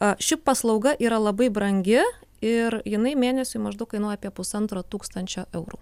a ši paslauga yra labai brangi ir jinai mėnesiui maždaug kainuoja apie pusantro tūkstančio eurų